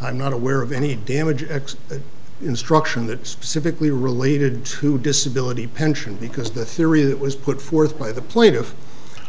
i'm not aware of any damage x instruction that specifically related to disability pension because the theory that was put forth by the plaintiff